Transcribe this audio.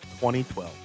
2012